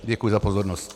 Děkuji za pozornost.